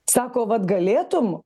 sako vat galėtum